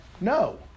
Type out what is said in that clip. no